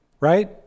right